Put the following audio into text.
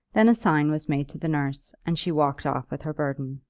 then a sign was made to the nurse, and she walked off with her burden.